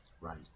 Right